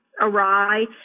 awry